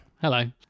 Hello